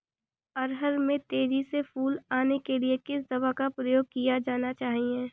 अरहर में तेजी से फूल आने के लिए किस दवा का प्रयोग किया जाना चाहिए?